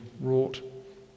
wrought